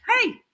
Hey